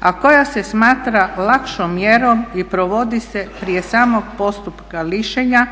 a koja se smatra lakšom mjerom i provodi se prije samog postupka lišenja